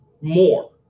More